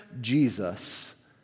Jesus